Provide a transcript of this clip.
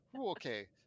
Okay